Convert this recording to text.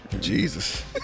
Jesus